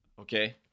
Okay